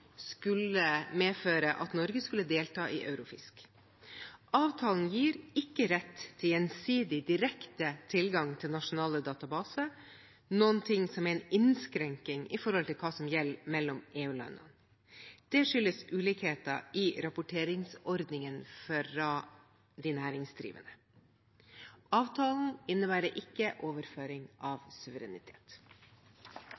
skulle medføre at Norge skulle delta i Eurofisc. Avtalen gir ikke rett til gjensidig direkte tilgang til nasjonale databaser, noe som er en innskrenkning i forhold til hva som gjelder mellom EU-landene. Det skyldes ulikheter i rapporteringsordningene for de næringsdrivende. Avtalen innebærer ikke overføring av